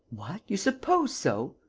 what! you suppose so?